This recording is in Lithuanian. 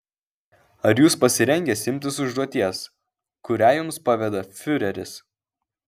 ar jūs pasirengęs imtis užduoties kurią jums paveda fiureris